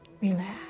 Relax